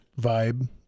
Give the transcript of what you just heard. vibe